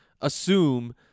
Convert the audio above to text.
assume